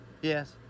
yes